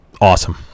Awesome